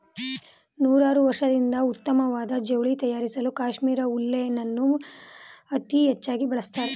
ನೂರಾರ್ವರ್ಷದಿಂದ ಉತ್ತಮ್ವಾದ ಜವ್ಳಿ ತಯಾರ್ಸಲೂ ಕಾಶ್ಮೀರ್ ಉಲ್ಲೆನನ್ನು ಅತೀ ಹೆಚ್ಚಾಗಿ ಬಳಸ್ತಾರೆ